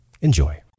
Enjoy